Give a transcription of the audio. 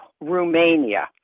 Romania